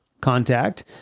contact